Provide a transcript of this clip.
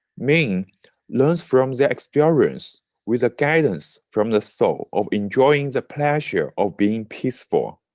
men learns from their experience with the guidance from the soul of enjoying the pleasure of being peaceful.